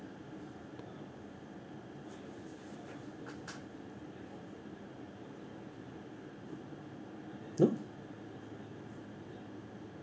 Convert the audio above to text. no